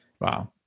Wow